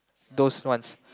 those ones